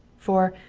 for,